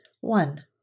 One